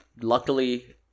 luckily